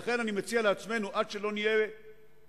לכן אני מציע לעצמנו שעד שלא נהיה באמת